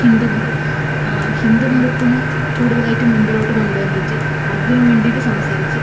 ഹിന്ദു മതം ഹിന്ദു മതത്തിന് കൂടുതലായിട്ട് മുമ്പിലോട്ടു കൊണ്ട് വന്നിട്ട് അതിനു വേണ്ടീട്ടു സംസാരിച്ച്